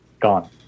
gone